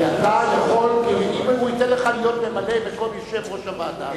אם הוא ייתן לך להיות ממלא-מקום יושב-ראש הוועדה,